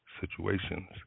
situations